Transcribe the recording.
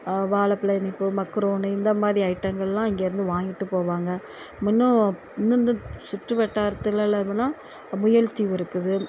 வாழப்பலம் இனிப்பு மக்குரோன்னு இந்த மாதிரி ஐட்டங்கள்லாம் இங்கே இருந்து வாங்கிட்டு போவாங்க இன்னும் இன்னும் இந்த சுற்றுவட்டாரத்தில் போனால் முயல் தீவு இருக்குது